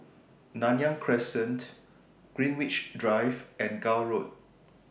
Nanyang Crescent Greenwich Drive and Gul Road